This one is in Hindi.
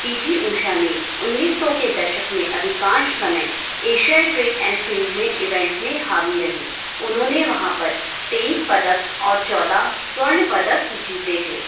पी टी ऊषा ने उन्नीस सौ के दशक में अधिकांश समय एशियाई ट्रेक एंड फ़ील्ड में इवेंट्स में हावी रहीं उन्होंने वहाँ पर तेईस पदक और चौदह स्वर्ण पदक जीते थे